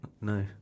No